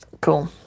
Cool